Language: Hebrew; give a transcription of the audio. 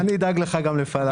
אדאג לך גם לפלאפל.